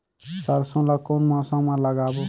सरसो ला कोन मौसम मा लागबो?